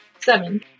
seven